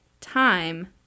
time